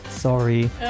sorry